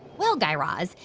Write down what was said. well, guy raz,